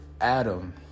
Adam